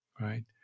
right